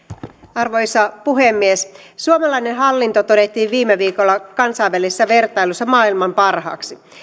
arvoisa puhemies suomalainen hallinto todettiin viime viikolla kansainvälisessä vertailussa maailman parhaaksi